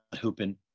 hooping